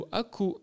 aku